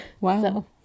Wow